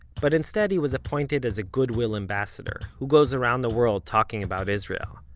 but instead he was appointed as a goodwill ambassador, who goes around the world, talking about israel.